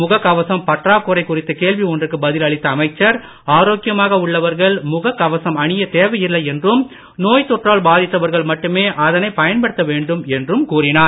முக கவசம் பற்றாக்குறை குறித்த கேள்வி ஒன்றுக்கு பதில் அளித்த அமைச்சர் ஆரோக்கியமாக உள்ளவர்கள் முக கவசம் அணிய தேவையில்லை என்றும் நோய் தொற்றால் பாதித்தவர்கள் மட்டுமே அதனை பயன்படுத்த வேண்டும் என்றும் கூறினார்